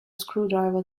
screwdriver